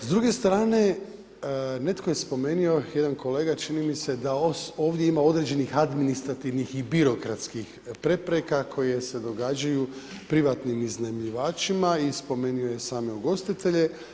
S druge strane netko je spomenuo, jedan kolega čini mi se, da ovdje ima određenih administrativnih i birokratskih prepreka koje se događaju privatnim iznajmljivačima i spomenuo je same ugostitelje.